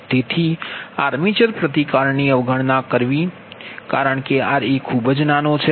તેથી આર્મેચર પ્રતિકારની અવગણના કરવી કારણ કે ra ખૂબ જ નાનો છે